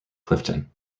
clifton